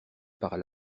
par